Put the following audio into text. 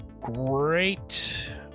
great